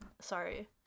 sorry